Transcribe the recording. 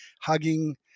hugging